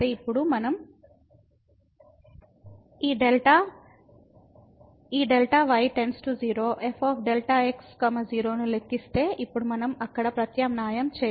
ఇప్పుడు మనం ఈ డెల్టా Δy → 0 f Δ x 0 ను లెక్కిస్తే ఇప్పుడు మనం అక్కడ ప్రత్యామ్నాయం చేయాలి